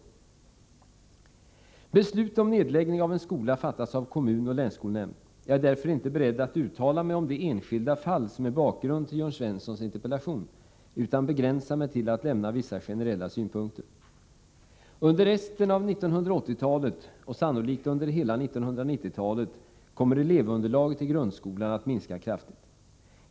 Beslut om nedläggning av en skola fattas av kommun och länsskolnämnd. Jag är därför inte beredd att uttala mig om det enskilda fall som är bakgrund till Jörn Svenssons interpellation, utan jag begränsar mig till att lämna vissa generella synpunkter. Under resten av 1980-talet och sannolikt under hela 1990-talet kommer elevunderlaget i grundskolan att minska kraftigt.